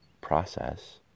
process